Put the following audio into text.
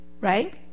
right